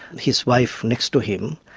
his wife next to him,